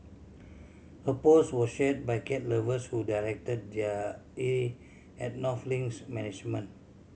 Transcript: her post was share by cat lovers who directed their ire at North Link's management